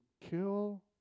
kill